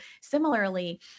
similarly